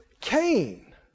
Cain